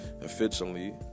efficiently